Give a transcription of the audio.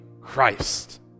Christ